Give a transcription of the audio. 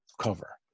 cover